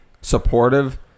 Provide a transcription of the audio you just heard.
supportive